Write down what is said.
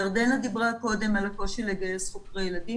ירדנה דיברה קודם על הקושי לגייס חוקרי ילדים,